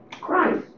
Christ